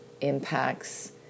impacts